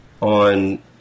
on